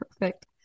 Perfect